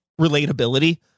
relatability